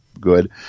Good